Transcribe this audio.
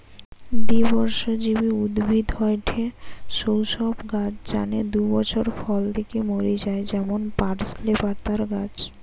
দ্বিবর্ষজীবী উদ্ভিদ হয়ঠে সৌ সব গাছ যানে দুই বছর ফল দিকি মরি যায় যেমন পার্সলে পাতার গাছ